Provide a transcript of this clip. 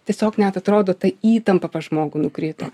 tiesiog net atrodo ta įtampa pas žmogų nukrito